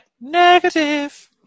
Negative